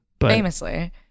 Famously